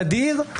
נדיר,